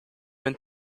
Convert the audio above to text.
went